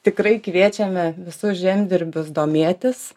tikrai kviečiame visus žemdirbius domėtis